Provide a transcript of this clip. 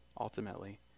ultimately